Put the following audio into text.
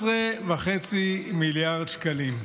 13.5 מיליארד שקלים,